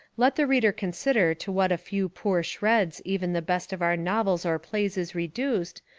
let the reader consider to what a few poor shreds even the best of our novels or plays is reduced,